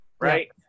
right